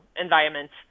environments